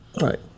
Right